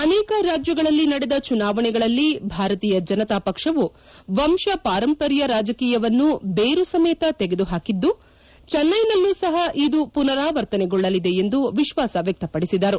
ಅನೇಕ ರಾಜ್ಗಗಳಲ್ಲಿ ನಡೆದ ಚುನಾವಣೆಗಳಲ್ಲಿ ಭಾರತೀಯ ಜನತಾ ಪಕ್ಷವು ವಂಶ ಪಾರಂಪರ್ ರಾಜಕೀಯವನ್ನು ಬೇರು ಸಮೇತ ತೆಗೆದು ಹಾಕಿದ್ದು ತಮಿಳುನಾಡಿನಲ್ಲಿಯೂ ಸಹ ಇದು ಪುನರಾವರ್ತನೆಗೊಳ್ಳಲಿದೆ ಎಂದು ವಿಶ್ವಾಸ ವ್ಯಕ್ತಪಡಿಸಿದರು